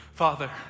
Father